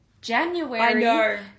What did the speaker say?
January